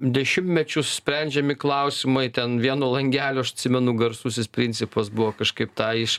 dešimtmečius sprendžiami klausimai ten vieno langelio aš atsimenu garsusis principas buvo kažkaip tą iš